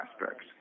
aspects